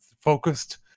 focused